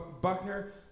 Buckner